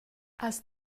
has